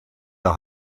der